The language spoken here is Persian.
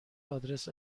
آدرس